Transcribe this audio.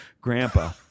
Grandpa